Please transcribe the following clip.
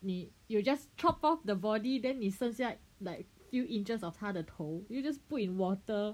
你 you just chop off the body then 你剩下 like few inches of 它的头 you just put in water